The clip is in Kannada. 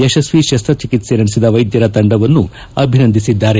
ಯಶಸ್ತಿ ಶಸ್ತಚಿಕಿತ್ತೆ ನಡೆಸಿದ ವೈದ್ಧರ ತಂಡವನ್ನು ಅಭಿನಂದಿಸಿದ್ದಾರೆ